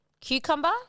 Cucumber